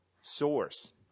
source